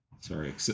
Sorry